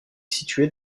située